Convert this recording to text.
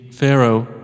Pharaoh